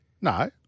No